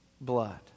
blood